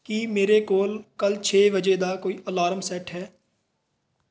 ਕੀ ਮੇਰੇ ਕੋਲ ਕੱਲ੍ਹ ਛੇ ਵਜੇ ਦਾ ਕੋਈ ਅਲਾਰਮ ਸੈੱਟ ਹੈ